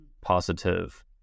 positive